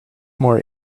more